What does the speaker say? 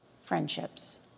friendships